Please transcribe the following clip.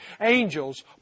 Angels